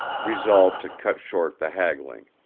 resolved to cut short the haggling.